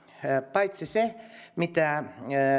paitsi ne valtuudet mistä